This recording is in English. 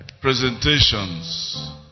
presentations